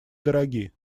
дороги